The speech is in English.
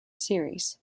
series